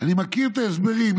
"אני מכיר את ההסברים,